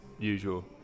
usual